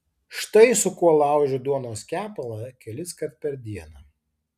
štai su kuo laužiu duonos kepalą keliskart per dieną